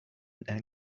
and